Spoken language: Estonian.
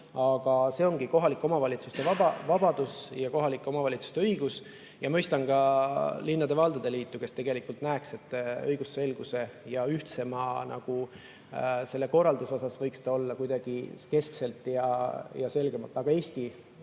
Aga see ongi kohalike omavalitsuste vabadus ja kohalike omavalitsuste õigus. Ma mõistan ka linnade ja valdade liitu, kes tegelikult sooviks, et õigusselguse ja ühtsema korralduse huvides võiks see olla kuidagi keskselt sätestatud. Aga Eesti